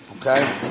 Okay